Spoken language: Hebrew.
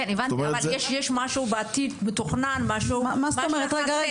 מתוכנן משהו לעתיד?